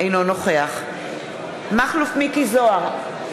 אינו נוכח מכלוף מיקי זוהר,